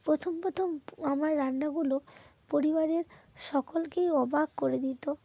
প্রথম প্রথম আমার রান্নাগুলো পরিবারের সকলকেই অবাক করে দিত